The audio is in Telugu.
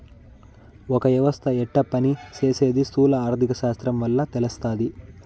ఒక యవస్త యెట్ట పని సేసీది స్థూల ఆర్థిక శాస్త్రం వల్ల తెలస్తాది